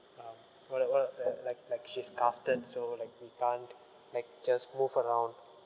uh what uh what uh like like she's casted so like we can't like just move around